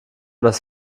das